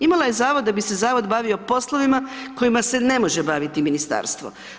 Imala je Zavod da bi se Zavod bavio poslovima kojima se ne može baviti Ministarstvo.